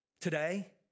Today